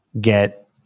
get